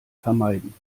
vermeiden